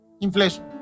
inflation